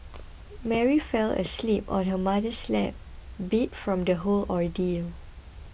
Mary fell asleep on her mother's lap beat from the whole ordeal